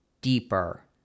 deeper